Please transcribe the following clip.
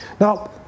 Now